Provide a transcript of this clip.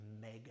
mega